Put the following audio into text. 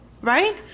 Right